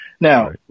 Now